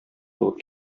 булып